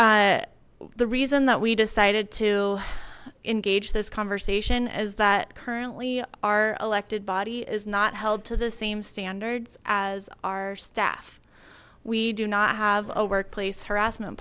the reason that we decided to engage this conversation is that currently our elected body is not held to the same standards as our staff we do not have a workplace harassment